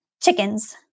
chickens